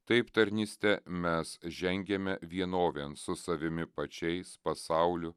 taip tarnyste mes žengiame vienovėn su savimi pačiais pasauliu